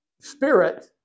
spirit